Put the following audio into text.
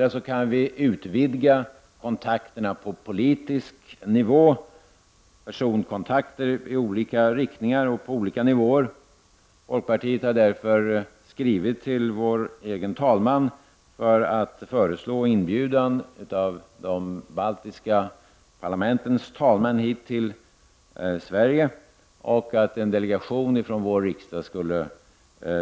Vidare kan vi utvidga kontakterna på politisk nivå — personkontakter i olika riktningar och på olika nivåer. Folkpartiet har därför skrivit till vår egen talman och föreslagit att de baltiska parlamentens talmän skall inbjudas till Sverige och att en delegation från Sveriges riksdag skall